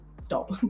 stop